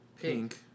Pink